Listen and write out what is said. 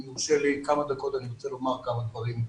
אם יורשה לי כמה דקות, אני רוצה לומר כמה דברים.